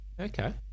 okay